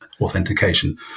authentication